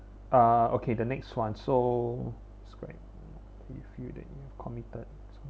uh okay the next one so describe if you feel that you have committed